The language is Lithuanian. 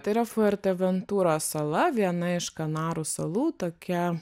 tai fuerteventura sala viena iš kanarų salų tokia